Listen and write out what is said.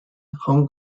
hong